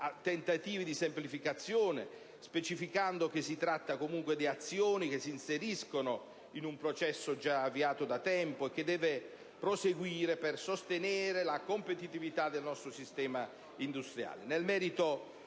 tentativi di semplificazione, specificando che si tratta comunque di azioni che si inseriscono in un processo già avviato da tempo e che deve proseguire per sostenere la competitività del nostro sistema industriale.